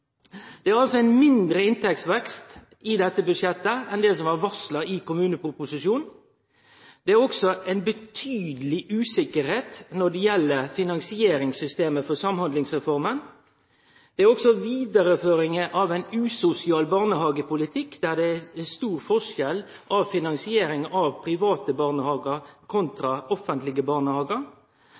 Det er altså mindre inntektsvekst i dette budsjettet enn det som var varsla i kommuneproposisjonen. Det er også ein monaleg usikkerheit når det gjeld finansieringssystemet for Samhandlingsreforma. Det er også vidareføringar av ein usosial barnehagepolitikk, der det er stor forskjell på finansiering av private barnehagar og offentlege barnehagar.